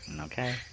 Okay